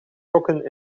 gokken